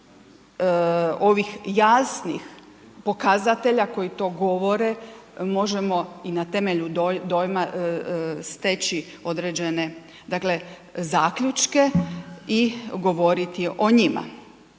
ovih jasnih pokazatelja koji to govore, možemo i na temelju dojma steći određene dakle zaključke i govoriti o njima.